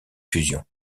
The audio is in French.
fusion